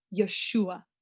Yeshua